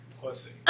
pussy